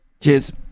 Cheers